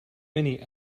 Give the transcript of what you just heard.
many